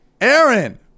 Aaron